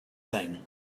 thing